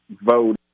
vote